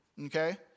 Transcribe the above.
okay